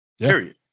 period